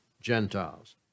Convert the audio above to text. Gentiles